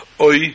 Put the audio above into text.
oi